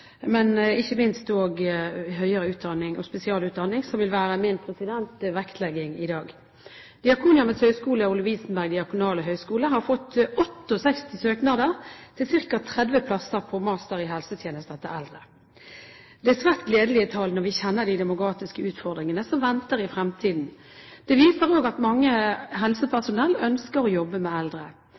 ikke minst innen høyere utdanning og spesialutdanning, som vil være min vektlegging i dag. Diakonhjemmets Høgskole og Lovisenberg diakonale høgskole har fått 68 søknader til ca. 30 plasser på master i helsetjenester til eldre. Det er svært gledelige tall når vi kjenner de demografiske utfordringene som venter i fremtiden. Det viser at mange helsepersonell ønsker å jobbe med eldre.